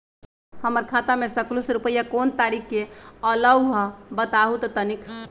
हमर खाता में सकलू से रूपया कोन तारीक के अलऊह बताहु त तनिक?